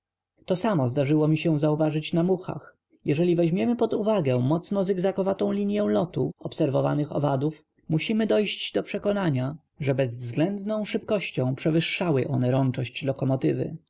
blizkości to samo zdarzyło mi się zauważyć na muchach jeśli weźmiemy pod uwagę mocną zygzakowatą linię lotu obserwowanych owadów musimy dojść do przekonania że bezwzlędną szybkością przewyższają one rączość lokomotywy